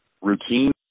routine